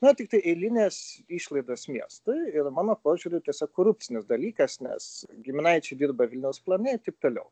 na tiktai eilinės išlaidos miestui ir mano požiūriu tiesiog korupcinis dalykas nes giminaičiai dirba vilniaus plane ir taip toliau